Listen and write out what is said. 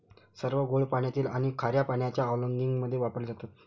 सर्व गोड पाण्यातील आणि खार्या पाण्याच्या अँलिंगमध्ये वापरले जातात